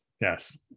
Yes